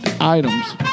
items